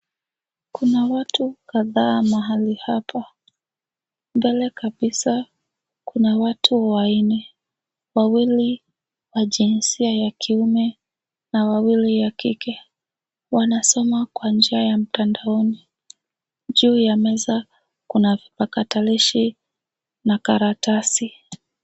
Kuna watu kadhaa mhali hapa. Mbele kabisa kuna watu wanne. Wawili wa jinsia ya kiume na wawili ya kike. Wanasoma kwa njia ya mtandaoni. Juu ya meza kuna vipakatalishi na karatasi.